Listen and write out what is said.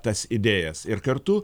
tas idėjas ir kartu